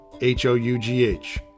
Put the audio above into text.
H-O-U-G-H